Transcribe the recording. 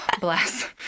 Bless